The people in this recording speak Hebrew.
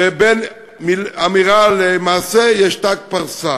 ובין אמירה למעשה יש ת"ק פרסה.